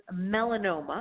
melanoma